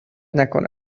نکنه